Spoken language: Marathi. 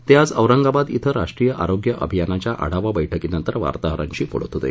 ते आज औरंगाबाद इथं राष्ट्रीय आरोग्य अभियानाच्या आढावा बैठकीनंतर वार्ताहरांशी बोलत होते